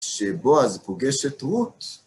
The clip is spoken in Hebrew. שבועז פוגש את רות.